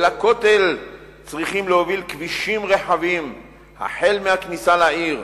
אל הכותל צריכים להוביל כבישים רחבים החל מהכניסה לעיר,